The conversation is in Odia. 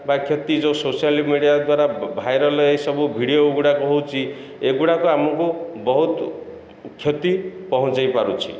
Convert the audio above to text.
ବା କ୍ଷତି ଯେଉଁ ସୋସିଆଲ ମିଡ଼ିଆ ଦ୍ୱାରା ଭାଇରଲ ଏଇସବୁ ଭିଡ଼ିଓ ଗୁଡ଼ାକ ହେଉଛି ଏଗୁଡ଼ାକ ଆମକୁ ବହୁତ କ୍ଷତି ପହଞ୍ଚେଇ ପାରୁଛି